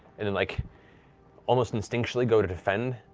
and then, like almost instinctually, go to defend.